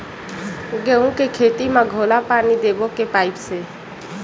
गेहूं के खेती म घोला पानी देबो के पाइप से?